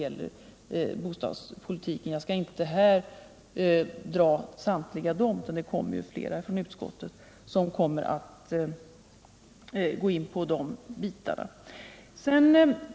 Jag skall inte räkna upp samtliga dessa förslag. Flera företrädare från utskottet kommer att gå in på de frågorna.